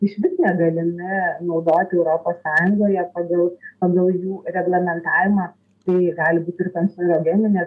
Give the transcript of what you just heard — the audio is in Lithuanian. išvis negalimi naudoti europos sąjungoje pagal pagal jų reglamentavimą tai gali būt ir kancerogeninės